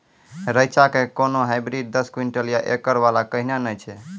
रेचा के कोनो हाइब्रिड दस क्विंटल या एकरऽ वाला कहिने नैय छै?